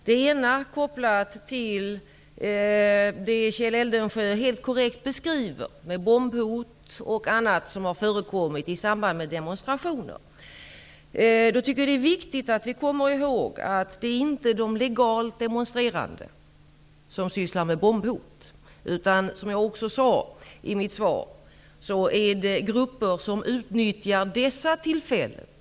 Det ena är kopplat till det Kjell Eldensjö helt korrekt beskriver med bombhot och annat som har förekommit i samband med demonstrationer. Det är viktigt att komma ihåg att det inte är de legalt demonstrerande som sysslar med bombhot. Som jag sade i mitt svar är det olika grupper som utnyttjar dessa tillfällen.